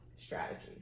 strategies